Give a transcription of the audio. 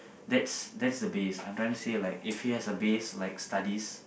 that's that's a base I'm trying to say like if he has a base like studies